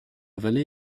vallée